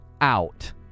out